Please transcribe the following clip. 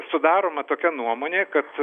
sudaroma tokia nuomonė kad